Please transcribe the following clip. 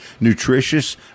nutritious